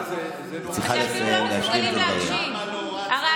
אתם לא מסוגלים אפילו להקשיב.